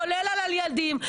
כולל על ילדים,